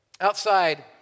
outside